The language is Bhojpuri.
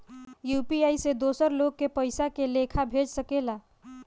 यू.पी.आई से दोसर लोग के पइसा के लेखा भेज सकेला?